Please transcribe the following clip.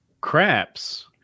craps